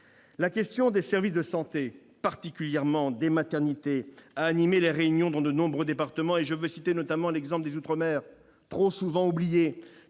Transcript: La question des services de santé, particulièrement des maternités, a animé les réunions dans de nombreux départements. Je veux notamment évoquer ici les outre-mer, territoires trop souvent oubliés,